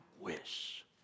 wish